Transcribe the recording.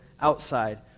outside